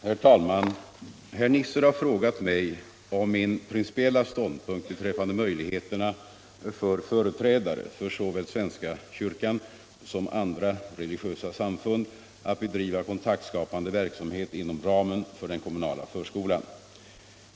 Herr talman! Herr Nisser har frågat mig om min principiella ståndpunkt beträffande möjligheterna för företrädare för såväl svenska kyrkan som andra religiösa samfund att bedriva kontaktskapande verksamhet inom ramen för den kommunala förskolan.